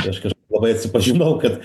aš kaž labai atsipažinau kad